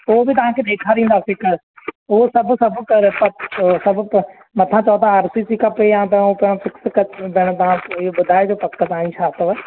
पोइ बि तव्हां खे ॾेखारींदासीं त उहो सभु सभु कर मथां चओ था आर सी सी खपे या त त फिक्स खपे इहो ॿुधाइजो त तव्हां खे छा अथव